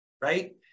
right